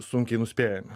sunkiai nuspėjami